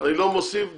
אני לא מוסיף דקה.